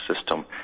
system